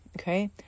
okay